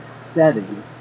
setting